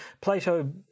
Plato